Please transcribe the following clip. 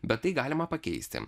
bet tai galima pakeisti